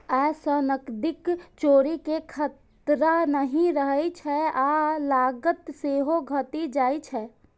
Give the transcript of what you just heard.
अय सं नकदीक चोरी के खतरा नहि रहै छै आ लागत सेहो घटि जाइ छै